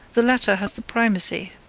the latter has the primacy,